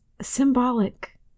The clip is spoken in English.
symbolic